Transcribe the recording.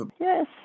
Yes